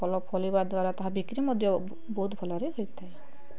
ଫଳ ଫଳିବା ଦ୍ୱାରା ତାହା ବିକ୍ରୀ ମଧ୍ୟ ବହୁତ ଭଲରେ ହୋଇଥାଏ